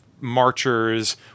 marchers